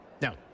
No